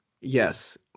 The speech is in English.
Yes